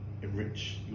enrich